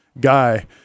guy